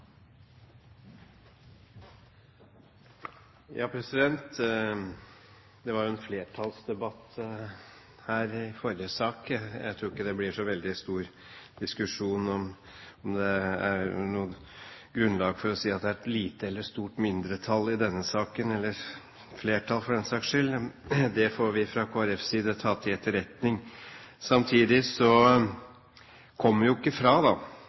det blir så veldig stor diskusjon om det er noe grunnlag for å si at det er et lite eller stort mindretall i denne saken – eller flertall for den saks skyld. Det får vi fra Kristelig Folkepartis side ta til etterretning. Samtidig kommer vi ikke bort fra